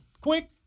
Quick